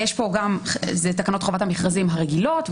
זה תקנות חובת המכרזים הרגילות,